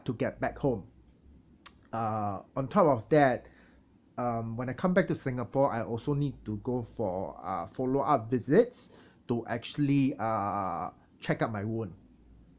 to get back home uh on top of that um when I come back to singapore I also need to go for uh follow up visits to actually uh check up my wound